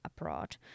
abroad